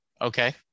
Okay